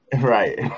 Right